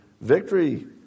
victory